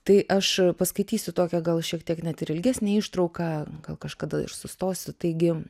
tai aš paskaitysiu tokią gal šiek tiek net ir ilgesnę ištrauką gal kažkada aš sustosiu taigi